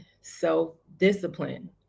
self-discipline